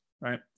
right